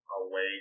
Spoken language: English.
away